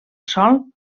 sol